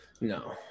No